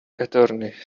attorney